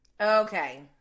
Okay